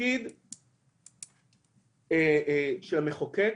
התפקיד של המחוקק,